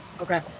Okay